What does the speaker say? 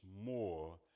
more